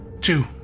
Two